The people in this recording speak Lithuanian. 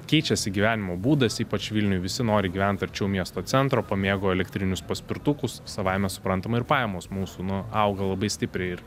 keičiasi gyvenimo būdas ypač vilniuj visi nori gyvent arčiau miesto centro pamėgo elektrinius paspirtukus savaime suprantama ir pajamos mūsų nu auga labai stipriai ir